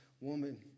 woman